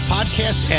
Podcast